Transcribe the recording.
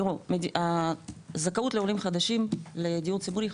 תראו הזכאות לעולים חדשים לדיור ציבורי,